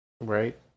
Right